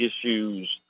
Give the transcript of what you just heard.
issues